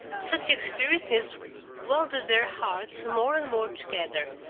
such experiences welded their hearts more and more together,